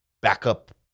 backup